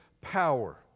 power